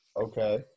Okay